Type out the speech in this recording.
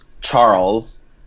charles